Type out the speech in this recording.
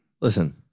Listen